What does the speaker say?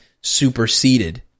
superseded